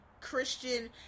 Christian